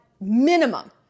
minimum